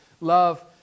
Love